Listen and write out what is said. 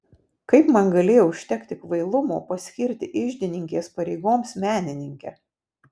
kaip man galėjo užtekti kvailumo paskirti iždininkės pareigoms menininkę